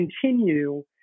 continue